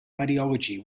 ideology